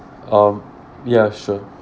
um ya sure